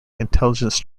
intelligence